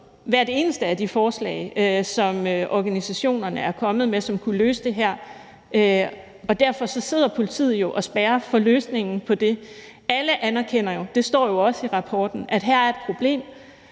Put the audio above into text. hvert eneste af de forslag, som organisationerne er kommet med, og som kunne løse det her, og derfor sidder politiet jo og spærrer for løsningen af det. Alle anerkender jo – det står også i rapporten – at der her er et problem.